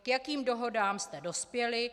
K jakým dohodám jste dospěli?